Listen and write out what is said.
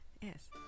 Yes